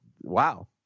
wow